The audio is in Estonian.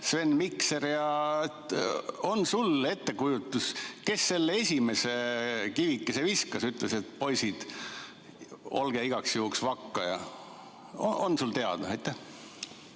Sven Mikser. On sul ettekujutus, kes selle esimese kivikese viskas, ütles, et poisid, olge igaks juhuks vakka? On sul teada? Hea